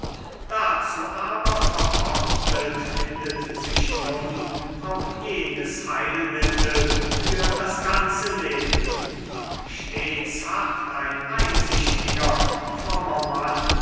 dazu aber verordnet findet sich nun auch jenes heilmittel für das ganze leben und stets harrt ein einsichtiger frommer mann